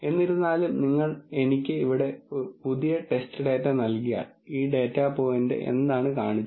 എന്നിരുന്നാലും നിങ്ങൾ എനിക്ക് ഇവിടെ പുതിയ ടെസ്റ്റ് ഡാറ്റ നൽകിയാൽ ഈ ഡാറ്റ പോയിന്റ് എന്താണ് കാണിച്ചത്